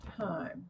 time